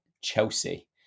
Chelsea